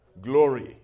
glory